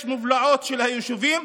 יש מובלעות של היישובים.